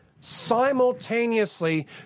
simultaneously